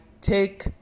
take